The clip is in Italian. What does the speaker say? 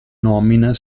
nomina